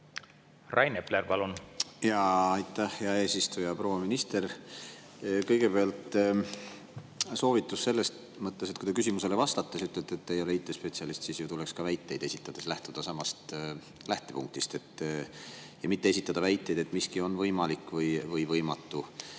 Rain Epler, palun! Aitäh, hea eesistuja! Proua minister! Kõigepealt soovitus selles mõttes, et kui te küsimusele vastates ütlete, et teie ei ole IT-spetsialist, siis tuleks ka väiteid esitades lähtuda samast punktist ja mitte esitada väiteid, et miski on võimalik või võimatu.